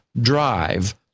drive